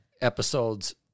episodes